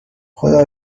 خدا